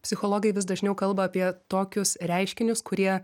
psichologai vis dažniau kalba apie tokius reiškinius kurie